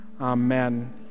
Amen